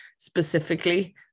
Specifically